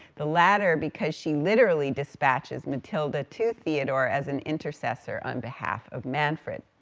the latter because she literally dispatches matilda to theodore as an intercessor on behalf of manfred.